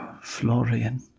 Florian